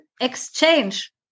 exchange